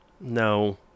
No